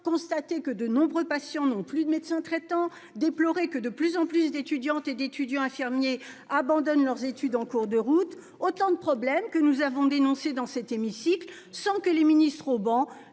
constaté que de nombreux patients n'ont plus de médecin traitant déploré que de plus en plus d'étudiantes et d'étudiants infirmiers abandonnent leurs études en cours de route autant de problèmes que nous avons dénoncés dans cet hémicycle sans que les ministres banc